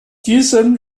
diesem